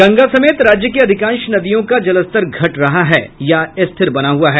गंगा समेत राज्य के अधिकांश नदियों का जलस्तर घट रहा है या स्थिर बना हुआ है